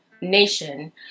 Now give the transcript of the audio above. nation